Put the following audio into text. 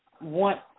want